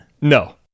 No